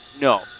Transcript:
No